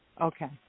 Okay